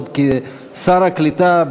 עוד כשר הקליטה,